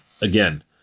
again